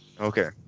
Okay